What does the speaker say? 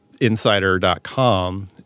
Insider.com